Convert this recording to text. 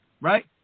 Right